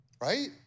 Right